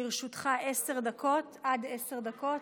לרשותך עשר דקות, עד עשר דקות,